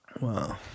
Wow